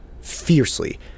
fiercely